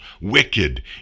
wicked